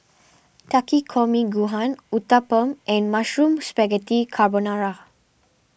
Takikomi Gohan Uthapam and Mushroom Spaghetti Carbonara